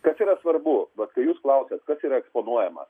kas yra svarbu vat kai jūs klausiat kas yra eksponuojama